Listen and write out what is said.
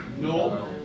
No